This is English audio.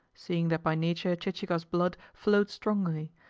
seeing that by nature chichikov's blood flowed strongly,